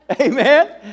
Amen